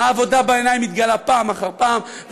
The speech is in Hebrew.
העבודה בעיניים מתגלה פעם אחר פעם,